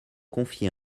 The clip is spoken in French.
confier